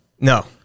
No